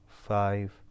Five